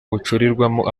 bucurirwamo